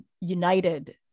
united